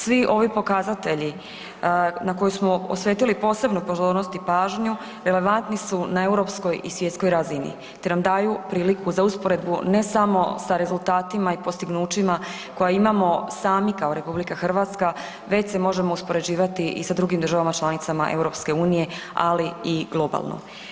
Svi ovi pokazatelji na koju smo posvetili posebnu pozornost i pažnju relevantni su na europskoj i svjetskoj razini te nam daju priliku za usporedbu ne samo sa rezultatima i postignućima koja imamo sami kao RH već se možemo uspoređivati i sa drugim državama članicama EU, ali i globalno.